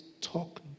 talk